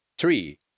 Three